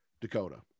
Dakota